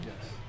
Yes